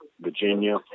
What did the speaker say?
Virginia